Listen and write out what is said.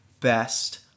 best